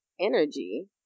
energy